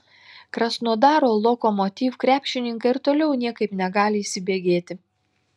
krasnodaro lokomotiv krepšininkai ir toliau niekaip negali įsibėgėti